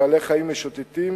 בעלי-חיים משוטטים